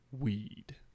weed